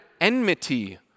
enmity